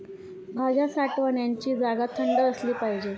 भाज्या साठवण्याची जागा थंड असली पाहिजे